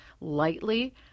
lightly